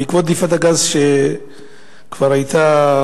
בעקבות דליפת הגז שכבר היתה,